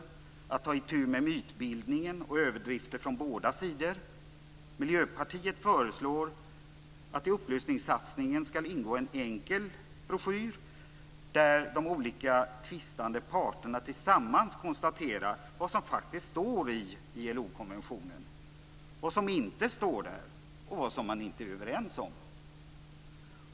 Det behövs att man tar itu med mytbildning och överdrifter från båda sidor. Miljöpartiet föreslår att det i upplysningssatsningen ska ingå en enkel broschyr där de olika tvistande parterna tillsammans konstaterar vad som faktiskt står i ILO-konventionen, vad som inte står där och vad man inte är överens om.